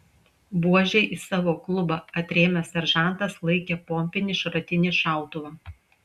buože į savo klubą atrėmęs seržantas laikė pompinį šratinį šautuvą